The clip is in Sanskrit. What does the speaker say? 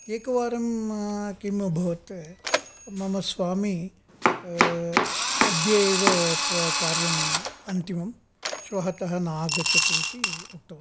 एकवारं किम् अभवत् मम स्वामी अद्य एव त्व कार्यम् अन्तिमं श्वः तः नागच्छतु इति उक्तवान्